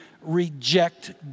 reject